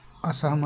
असहमत